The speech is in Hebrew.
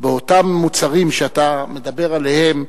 באותם מוצרים שאתה מדבר עליהם,